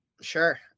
Sure